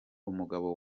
umugabo